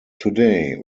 today